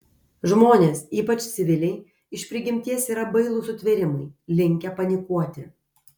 žmonės ypač civiliai iš prigimties yra bailūs sutvėrimai linkę panikuoti